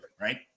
right